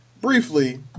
Briefly